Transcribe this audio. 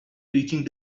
preaching